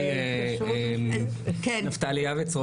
נפתלי יעבץ,